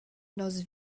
nos